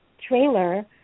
trailer